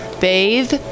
bathe